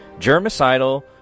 germicidal